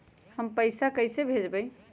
हम पैसा कईसे भेजबई?